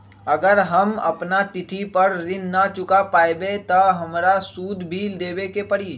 अगर हम अपना तिथि पर ऋण न चुका पायेबे त हमरा सूद भी देबे के परि?